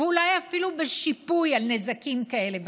ואולי אפילו בשיפוי על נזקים כאלה ואחרים,